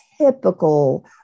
typical